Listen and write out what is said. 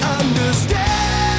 understand